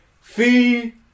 Fee